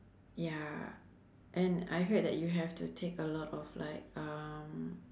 ya and I heard that you have to take a lot of like um